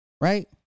Right